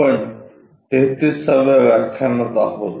आपण 33 व्या व्याख्यानात आहोत